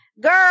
girl